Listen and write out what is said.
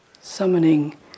Summoning